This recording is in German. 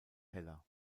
heller